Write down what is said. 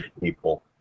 People